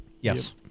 Yes